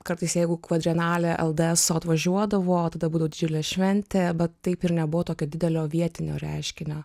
kartais jeigu kvadrenalė ldeso atvažiuodavo tada būtų didžiulė šventė bet taip ir nebuvo tokio didelio vietinio reiškinio